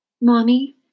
Mommy